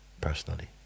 personally